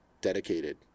dedicated